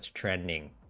training